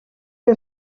que